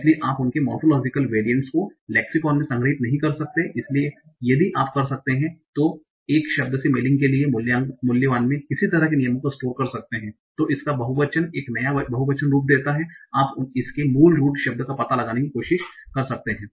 इसलिए आप उनके मोरफोलोजीकल वेरियंट्स को लेक्सिकॉन में संग्रहीत नहीं कर सकते इसलिए यदि आप कर सकते हैं तो एक शब्द से मेलिंग के लिए मूल्यवान में किस तरह के नियमों को स्टोर कर सकते हैं तो इसका बहुवचन एक नया बहुवचन रूप देता है आप इसके मूल रूट शब्द का पता लगाने की कोशिश कर सकते हैं